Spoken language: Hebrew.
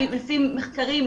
לפי מחקרים,